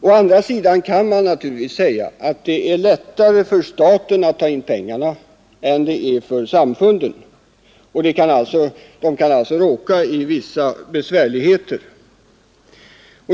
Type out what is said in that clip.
Å andra sidan kan man naturligtvis säga att det är lättare för staten att ta in pengarna än det är för samfunden. Dessa kan alltså råka i vissa besvärligheter.